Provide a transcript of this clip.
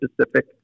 specific